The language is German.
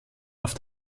auf